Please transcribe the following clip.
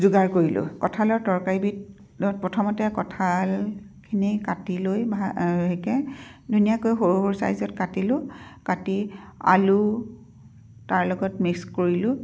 যোগাৰ কৰিলো কঁঠালৰ তৰকাৰিবিধত প্ৰথমতে কঁঠালখিনি কাটি লৈ ভাল ধুনীয়াকৈ সৰু সৰু চাইজত কাটিলো কাটি আলু তাৰ লগত মিক্স কৰিলোঁ